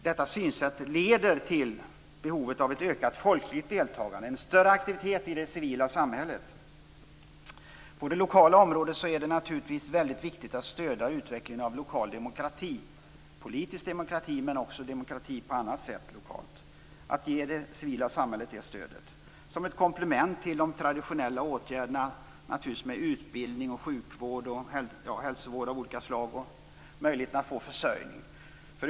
Detta synsätt leder till behovet av ett ökat folkligt deltagande och av större aktivitet i det civila samhället. På det lokala området är det naturligtvis väldigt viktigt att stödja utvecklingen av lokal demokrati. Det gäller politisk demokrati men också lokal demokrati på annat sätt. Man måste ge det civila samhället det stödet som ett komplement till de traditionella åtgärderna med utbildning, sjukvård, hälsovård och möjligheten att få försörjning.